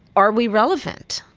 are we relevant,